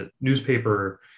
newspaper